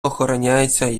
охороняються